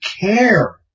care